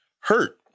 hurt